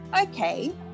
okay